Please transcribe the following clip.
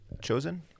Chosen